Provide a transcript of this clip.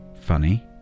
Funny